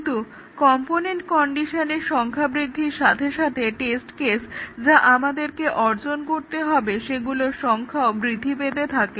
কিন্তু কম্পোনেন্ট কন্ডিশনের সংখ্যা বৃদ্ধির সাথে সাথে টেস্ট কেস যা আমাদেরকে অর্জন করতে হবে সেগুলোর সংখ্যাও বৃদ্ধি পেতে থাকে